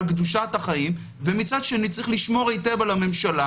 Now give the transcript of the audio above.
קדושת החיים ומצד שני צריך לשמור היטב על הממשלה,